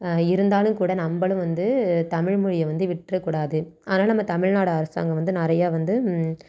இருந்தாலும் கூட நம்பளும் வந்து தமிழ்மொழியை வந்து விட்டுற கூடாது ஆனால் நம்ம தமிழ்நாடு அரசாங்கம் வந்து நிறையா வந்து